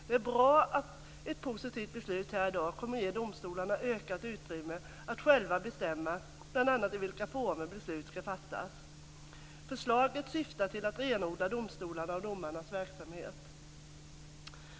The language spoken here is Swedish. Det är bra att ett positivt beslut här i dag kommer att ge domstolarna ökat utrymme att själva bestämma bl.a. i vilka former beslut ska fattas. Förslaget syftar till att renodla domstolarnas och domarnas verksamhet.